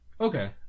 Okay